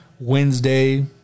Wednesday